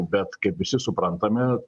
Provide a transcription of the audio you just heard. bet kaip visi suprantame